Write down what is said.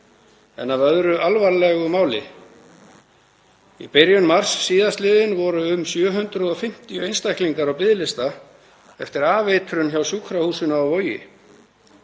En að öðru alvarlegu máli. Í byrjun mars síðastliðins voru um 750 einstaklingar á biðlista eftir afeitrun hjá sjúkrahúsinu á Vogi.